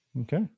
Okay